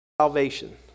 Salvation